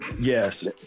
Yes